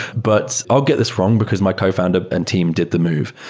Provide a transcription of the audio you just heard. but i'll get this wrong, because my cofounder and team did the move.